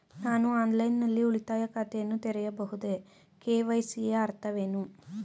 ನಾನು ಆನ್ಲೈನ್ ನಲ್ಲಿ ಉಳಿತಾಯ ಖಾತೆಯನ್ನು ತೆರೆಯಬಹುದೇ? ಕೆ.ವೈ.ಸಿ ಯ ಅರ್ಥವೇನು?